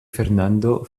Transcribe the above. fernando